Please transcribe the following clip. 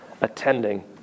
attending